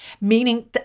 meaning